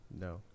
no